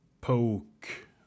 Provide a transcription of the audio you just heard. poke